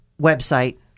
website